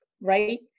right